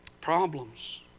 Problems